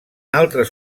altres